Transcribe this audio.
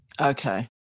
okay